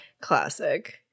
Classic